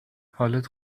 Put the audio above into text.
حالت